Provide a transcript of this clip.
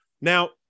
now